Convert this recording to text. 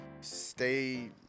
Stay